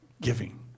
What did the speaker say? giving